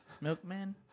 milkman